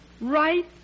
Right